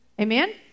Amen